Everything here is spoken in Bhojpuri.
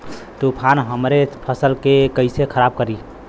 तूफान हमरे फसल के कइसे खराब करी?